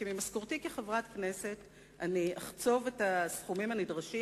כי ממשכורתי כחברת הכנסת אני אחצוב את הסכומים הנדרשים